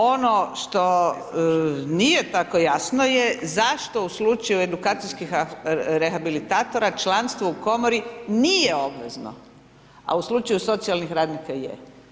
Ono što nije tako jasno je zašto u slučaju edukacijskih rehabilitatora članstvo u Komori nije obvezno, a u slučaju socijalnih radnika je.